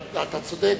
אתה צודק.